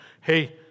Hey